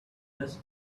does